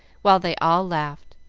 while they all laughed.